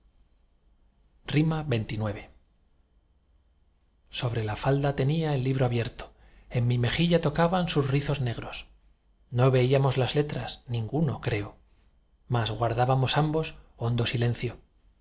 xxix sobre la falda tenía el libro abierto en mi mejilla tocaban sus rizos negros no veíamos las letras ninguno creo mas guardábamos entrambos hondo silencio